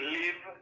live